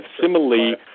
Similarly